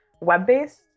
web-based